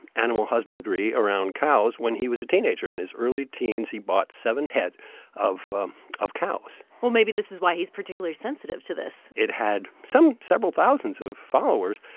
animal husbandry around cows when he was a teenager. in his early teens, he bought seven head of um of cows well, maybe this is why he's particularly sensitive to this it had some several thousands of followers.